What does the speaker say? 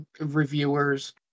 reviewers